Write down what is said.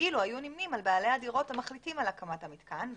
אילו היו נמנים על בעלי הדירות המחליטים על הקמת המיתקן,